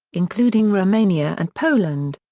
including romania and poland.